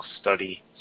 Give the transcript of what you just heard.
study